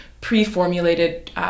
pre-formulated